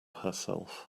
herself